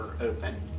open